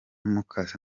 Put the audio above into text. mukasa